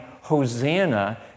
Hosanna